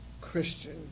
Christian